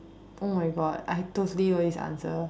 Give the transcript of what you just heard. oh my god I totally know this answer